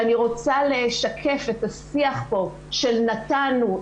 ואני רוצה לשקף את השיח פה של נתנו,